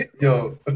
Yo